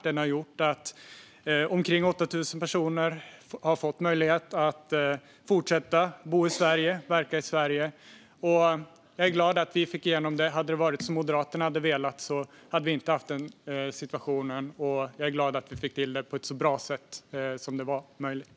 Den har gjort att omkring 8 000 personer har fått möjlighet att fortsätta att bo och verka i Sverige. Jag är glad att vi fick igenom detta. Om det hade blivit som Moderaterna ville skulle vi inte ha haft den situationen. Jag är glad över att vi fick till det på ett så bra sätt som möjligt.